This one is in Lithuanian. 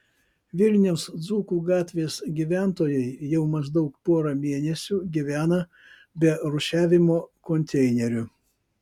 vilniaus dzūkų gatvės gyventojai jau maždaug porą mėnesių gyvena be rūšiavimo konteinerių